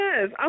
Yes